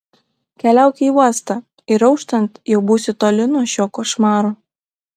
keliauk į uostą ir auštant jau būsi toli nuo šio košmaro